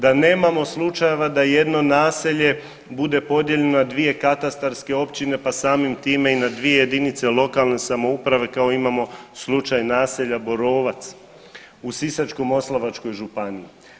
Da nemamo slučajeva da jedno naselje bude podijeljeno na 2 katastarske općine pa samim time i na dvije jedinice lokalne samouprave kao imamo slučaj naselja Borovac u Sisačko-moslavačkoj županiji.